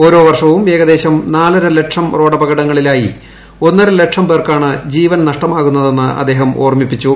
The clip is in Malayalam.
ഓരോവർഷവും ഏകദേശം നാലര ലക്ഷം റോഡപകടങ്ങളിലായി ഒന്നരലക്ഷം പേർക്കാണ് ജീവൻ നഷ്ടമാകുന്നതെന്ന് അദ്ദേഹം ഓർമ്മിപ്പിച്ചു